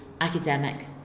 academic